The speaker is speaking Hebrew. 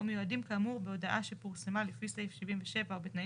או מיועדים כאמור בהודעה שפורסמה לפי סעיף 77 או בתנאים